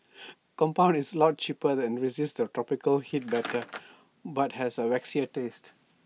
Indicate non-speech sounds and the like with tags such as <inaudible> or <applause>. <noise> compound is A lot cheaper and resists the tropical heat better <noise> but has A waxier taste